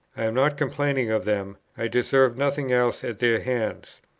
am not complaining of them i deserved nothing else at their hands.